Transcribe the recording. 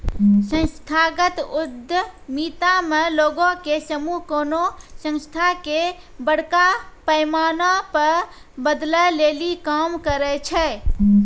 संस्थागत उद्यमिता मे लोगो के समूह कोनो संस्था के बड़का पैमाना पे बदलै लेली काम करै छै